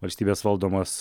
valstybės valdomas